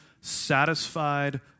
satisfied